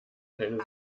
keine